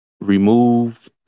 remove